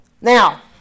Now